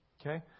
Okay